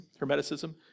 hermeticism